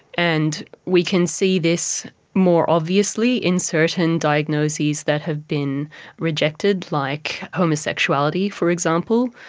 and we can see this more obviously in certain diagnoses that have been rejected, like homosexuality for example,